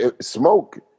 smoke